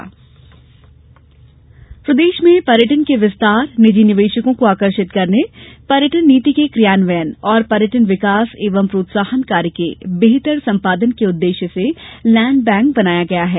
tourism board प्रदेश में पर्यटन के विस्तार निजी निवेशकों को आकर्षित करने पर्यटन नीति के क्रियान्वयन और पर्यटन विकास एवं प्रोत्साहन कार्य के बेहतर सम्पादन के उद्देश्य से लैण्ड बैंक बनाया है